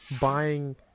buying